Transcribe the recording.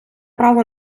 право